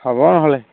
হ'ব নহ'লে